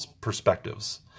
perspectives